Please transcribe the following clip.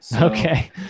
Okay